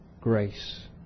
grace